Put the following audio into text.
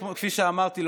כפי שאמרתי,